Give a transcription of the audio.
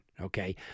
Okay